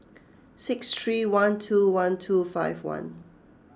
six three one two one two five one